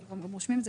אנחנו מחכים לשמות